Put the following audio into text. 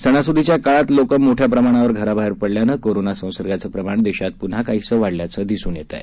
सणासुदीच्या काळात लोकं मोठ्या प्रमाणावर घराबाहेर पडल्यानं कोरोना संसर्गाचं प्रमाण देशात पुन्हा काहीसं वाढल्याचं दिसून आलं आहे